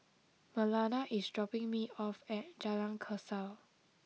Marlana is dropping me off at Jalan Kasau